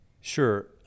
sure